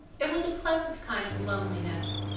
it was a pleasant kind of loneliness.